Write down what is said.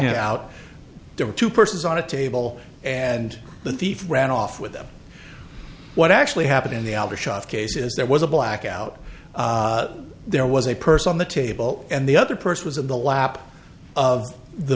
blackout there were two persons on a table and the thief ran off with them what actually happened in the aldershot case is there was a blackout there was a purse on the table and the other purse was in the lap of the